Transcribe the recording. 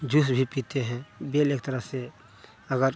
juice भी पीते हैं बेल एक तरह से अगर